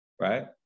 Right